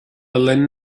linn